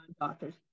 doctors